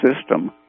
system